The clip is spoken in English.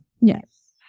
Yes